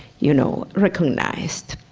you know, recognized.